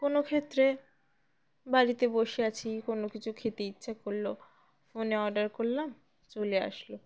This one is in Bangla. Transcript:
কোনো ক্ষেত্রে বাড়িতে বসে আছি কোনো কিছু খেতে ইচ্ছা করলো ফোনে অর্ডার করলাম চলে আসলো